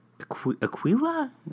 Aquila